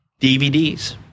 DVDs